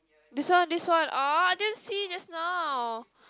this one this one ah I didn't see just now